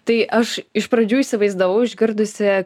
tai aš iš pradžių įsivaizdavau išgirdusi